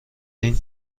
این